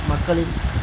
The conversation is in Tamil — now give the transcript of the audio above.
மக்களின்